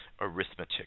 arithmetic